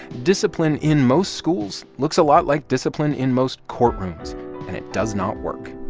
discipline in most schools looks a lot like discipline in most courtrooms. and it does not work